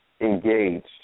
engaged